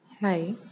hi